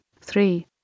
three